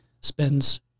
spends